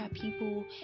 people